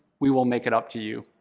we will make it up to you.